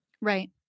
Right